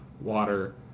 water